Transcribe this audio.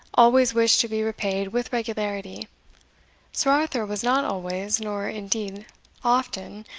always wished to be repaid with regularity sir arthur was not always, nor indeed often,